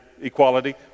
equality